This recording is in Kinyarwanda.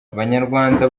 abanyarwanda